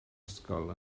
ysgol